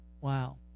Wow